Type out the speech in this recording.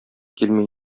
килми